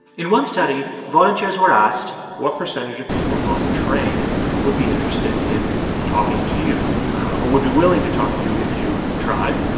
in one study, volunteers were asked. what percentage of people on the train would be interested in talking to you or would be willing to talk to you if you tried?